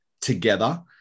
together